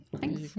thanks